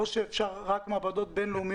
ואז אפשר להביא מקרר בלי שום בדיקה,